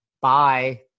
Bye